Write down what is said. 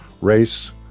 race